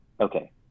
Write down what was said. okay